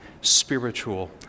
spiritual